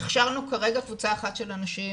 הכשרנו כרגע קבוצה אחת של אנשים,